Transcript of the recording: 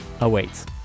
awaits